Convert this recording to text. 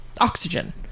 oxygen